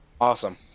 Awesome